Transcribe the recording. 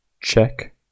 check